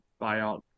buyout